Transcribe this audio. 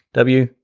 w,